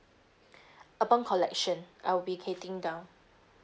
upon collection I will be getting down